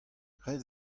ret